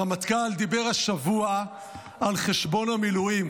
הרמטכ"ל דיבר השבוע על חשבון המילואים.